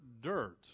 dirt